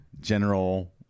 general